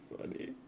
funny